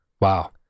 Wow